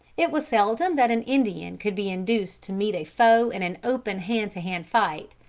it was seldom that an indian could be induced to meet a foe in an open hand-to-hand fight.